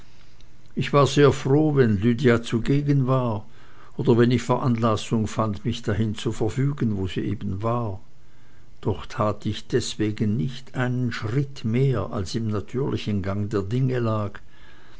ich war sehr froh wenn lydia zugegen war oder wenn ich veranlassung fand mich dahin zu verfügen wo sie eben war doch tat ich deswegen nicht einen schritt mehr als im natürlichen gange der dinge lag